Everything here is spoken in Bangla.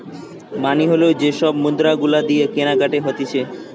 মানি হল যে সব মুদ্রা গুলা দিয়ে কেনাকাটি হতিছে